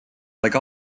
like